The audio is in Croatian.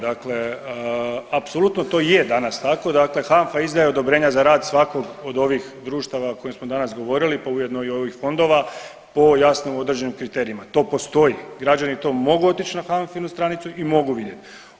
Dakle, apsolutno to je danas tako, dakle HANFA izdaje odobrenja za rad svakog od ovih društava o kojima smo danas govorili, pa ujedno i ovih fondova po jasno određenim kriterijima, to postoji građani to mogu otići na HANFA-inu stranicu i mogu vidjet.